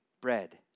bread